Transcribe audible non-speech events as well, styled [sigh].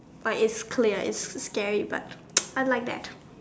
like it's clear it's scary but [noise] I like that